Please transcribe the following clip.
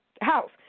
house